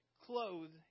clothed